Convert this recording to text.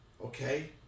okay